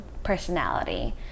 personality